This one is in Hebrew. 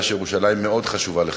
ואני יודע שירושלים מאוד חשובה לך,